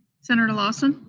senator lawson?